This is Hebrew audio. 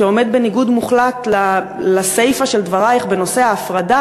שעומדת בניגוד מוחלט לסיפה של דברייך בנושא ההפרדה